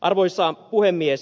arvoisa puhemies